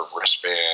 wristband